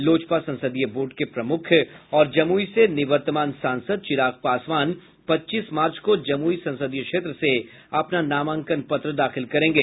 लोजपा संसदीय बोर्ड के प्रमुख और जमुई से निवर्तमान सांसद चिराग पासवान पच्चीस मार्च को जमुई संसदीय क्षेत्र से अपना नामांकन पत्र दाखिल करेंगे